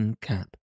cap